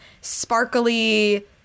sparkly